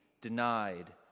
denied